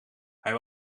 hij